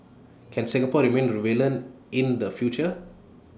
can Singapore remain relevant in the future